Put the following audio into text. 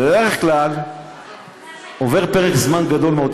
בדרך כלל עובר פרק זמן גדול מאוד.